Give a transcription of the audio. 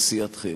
מסיעתכם,